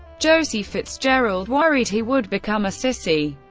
josie fitzgerald, worried he would become a sissy.